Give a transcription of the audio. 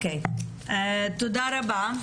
תודה רבה.